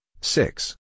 six